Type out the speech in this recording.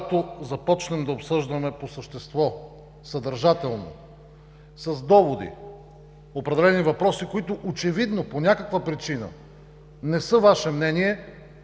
когато започнем да обсъждаме по същество, съдържателно, с доводи определени въпроси, които очевидно по някаква причина не са Ваше мнение,